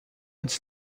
its